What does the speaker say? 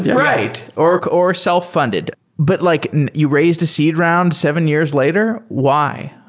right, or or self-funded. but like you raised a seed round seven years later. why?